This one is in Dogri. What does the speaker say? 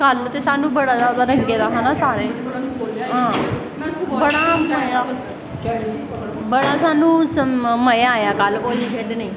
कल ते स्हानू बड़ा जादा रंगे दा हा नी सारैं हां बड़ा मज़ा बड़ा स्हानू मज़ा आया होली खेढने